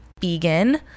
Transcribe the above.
vegan